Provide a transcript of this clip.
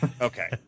Okay